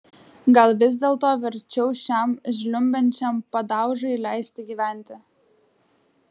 gal vis dėlto verčiau šiam žliumbiančiam padaužai leisti gyventi